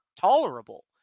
tolerable